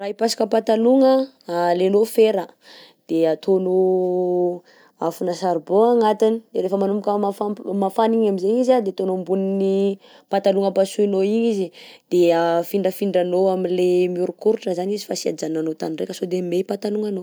Raha hiapasoka patalogna alenao fera de ataonao afona charbon agnatiny de rehefa manomboka mafampa- mafana igny aminjegny izy a de ataonao ambonin'ny patalogna pasohinao igny izy de afindrafindranao amin'le miorikoritra zany izy fa tsy ajanonanao tany reka sao de hoe may patalognanao.